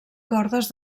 cordes